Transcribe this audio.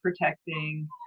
protecting